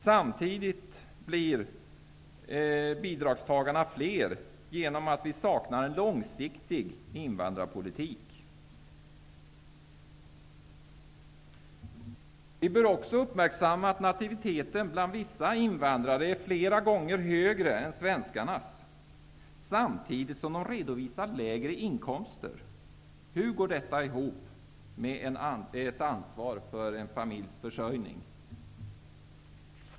Samtidigt blir bidragstagarna fler genom att vi saknar en långsiktig invandrarpolitik. Vi bör också uppmärksamma att nativiteten bland vissa invandrare är flera gånger högre än svenskarnas, samtidigt som de redovisar lägre inkomster. Hur går detta ihop med ett ansvar för en familjs försörjning?